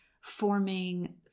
forming